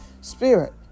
spirit